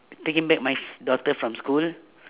taking back my s~ daughter from school